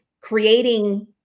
creating